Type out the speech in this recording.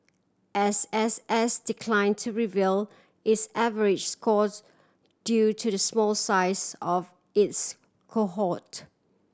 S S S decline to reveal its average scores due to the small size of its cohort